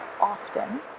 often